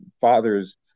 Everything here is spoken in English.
father's